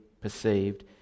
perceived